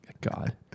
God